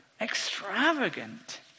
extravagant